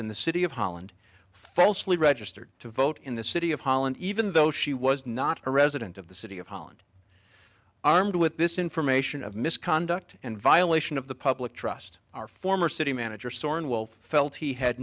in the city of holland falsely registered to vote in the city of holland even though she was not a resident of the city of holland armed with this information of misconduct and violation of the public trust our former city manager